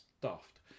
daft